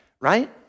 right